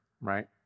right